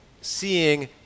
seeing